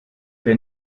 wir